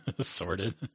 sorted